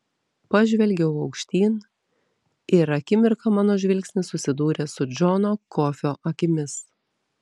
pažvelgiau aukštyn ir akimirką mano žvilgsnis susidūrė su džono kofio akimis